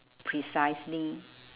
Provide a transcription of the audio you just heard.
precisely